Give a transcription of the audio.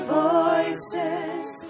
voices